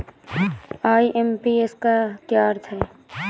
IMPS का क्या अर्थ है?